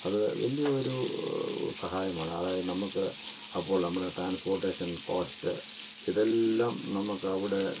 അത് വലിയ ഒരു സഹായമാണ് അതായത് നമ്മൾക്ക് അപ്പോൾ നമ്മുടെ ട്രാൻസ്പോട്ടേഷൻ കോസ്റ്റ് ഇതെല്ലം നമ്മൾക്കവിടെ